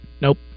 Nope